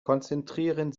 konzentrieren